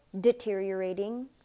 deteriorating